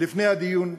לפני הדיון,